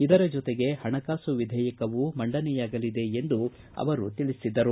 ಇದರ ಜೊತೆಗೆ ಪಣಕಾಸುವಿಧೇಯಕವು ಮಂಡನೆಯಾಗಲಿದೆ ಎಂದು ಅವರು ತಿಳಿಸಿದರು